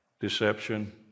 deception